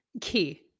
key